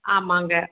ஆமாங்க